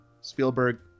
spielberg